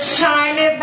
china